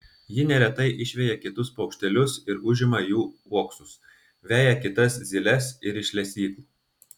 ji neretai išveja kitus paukštelius ir užima jų uoksus veja kitas zyles ir iš lesyklų